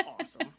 awesome